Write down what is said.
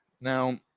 Now